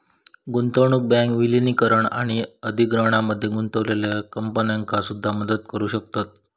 गुंतवणूक बँक विलीनीकरण आणि अधिग्रहणामध्ये गुंतलेल्या कंपन्यांका सुद्धा मदत करू शकतत